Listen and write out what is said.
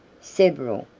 several,